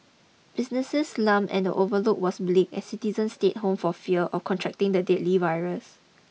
businesses slump and the overlook was bleak as citizens stayed home for fear or contracting the deadly virus